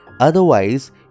otherwise